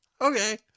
Okay